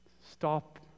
Stop